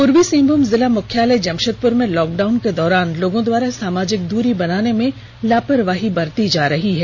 पूर्वी सिंहभूम जिला मुख्यालय जमशेदपुर में लॉकडाउन के दौरान लोगों द्वारा सामाजिक दूरी बनाने में लापरवाही बरती जा रही है